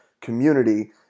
community